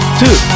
two